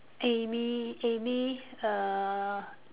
Amy Amy uh